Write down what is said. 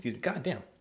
goddamn